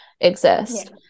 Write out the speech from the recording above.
exist